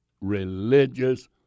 religious